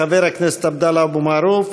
חבר הכנסת עבדאללה אבו מערוף.